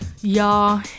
y'all